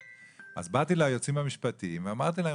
אז באתי ליועצים המשפטיים ואמרתי להם,